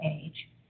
age